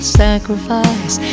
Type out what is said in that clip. sacrifice